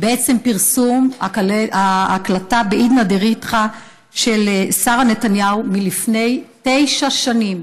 בעצם פרסום ההקלטה בעידנא דרתחא של שרה נתניהו מלפני תשע שנים.